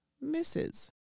misses